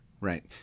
right